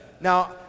Now